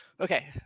okay